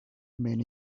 men